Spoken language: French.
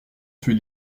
tuer